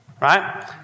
right